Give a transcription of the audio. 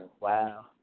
Wow